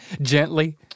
Gently